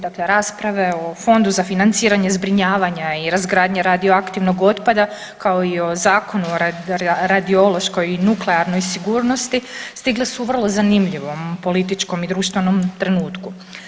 Dakle rasprave o Fondu za financiranje zbrinjavanja i razgradnje radioaktivnog otpada kao i o Zakonu o radiološkoj i nuklearnoj sigurnosti, stigle su u vrlo zanimljivom političkom i društvenom trenutku.